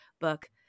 book